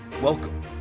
Welcome